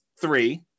three